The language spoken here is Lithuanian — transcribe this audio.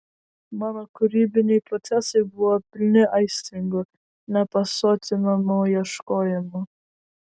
mano kūrybiniai procesai buvo pilni aistringų nepasotinamų ieškojimų